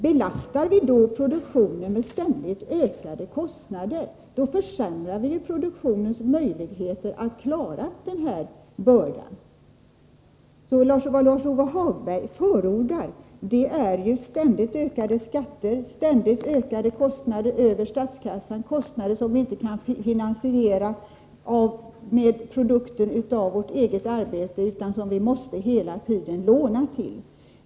Belastar vi produktionen med ständigt ökade kostnader, så försämrar vi produktionens möjligheter att klara denna börda. Vad Lars-Ove Hagberg förordar är ständigt ökade skatter, ständigt ökade kostnader över statskassan — kostnader som vi inte kan finansiera med produkten av vårt eget arbete utan som vi hela tiden måste låna till.